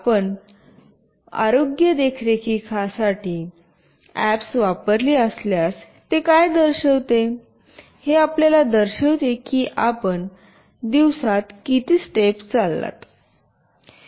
आपण आरोग्य देखरेखीसारखी अॅप्स वापरली असल्यास हे काय दर्शविते हे आपल्याला दर्शवते की आपण दिवसात किती स्टेप चाललात